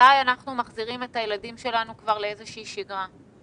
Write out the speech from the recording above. מתי אנחנו מחזירים את הילדים שלנו כבר לאיזושהי שגרה?